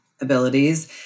abilities